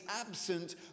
absent